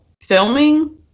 filming